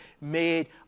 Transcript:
made